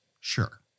sure